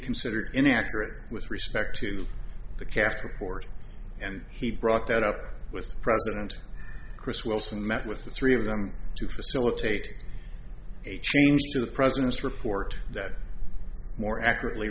considered inaccurate with respect to the cast report and he brought that up with president chris wilson met with the three of them to facilitate a change to the president's report that more accurately